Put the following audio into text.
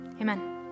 Amen